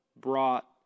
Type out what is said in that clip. brought